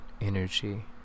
energy